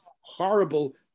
horrible